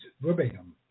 verbatim